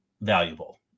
valuable